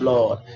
Lord